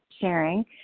sharing